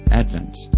Advent